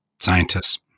scientists